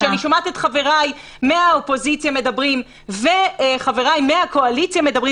כשאני שומעת את חבריי מהאופוזיציה ומהקואליציה מדברים,